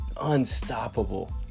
unstoppable